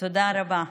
תודה רבה.